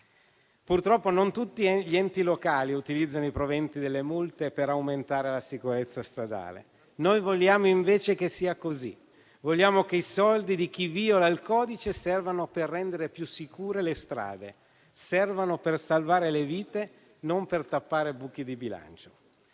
Purtroppo non tutti gli enti locali utilizzano i proventi delle multe per aumentare la sicurezza stradale. Noi vogliamo invece che sia così. Vogliamo che i soldi di chi viola il codice servano per rendere più sicure le strade, per salvare le vite e non per tappare buchi di bilancio.